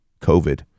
COVID